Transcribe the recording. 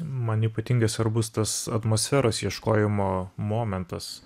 man ypatingai svarbus tas atmosferos ieškojimo momentas